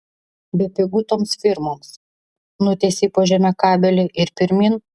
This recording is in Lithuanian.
bepigu toms firmoms nutiesei po žeme kabelį ir pirmyn